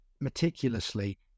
meticulously